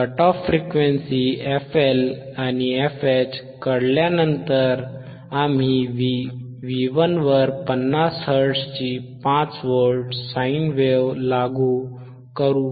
cut off frequency fL आणि fH कळल्यानंतर आम्ही V1 वर 50 हर्ट्झची 5 व्होल्ट साइन वेव्ह लागू करू